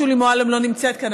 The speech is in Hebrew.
שולי מועלם לא נמצאת כאן,